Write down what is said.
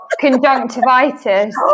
conjunctivitis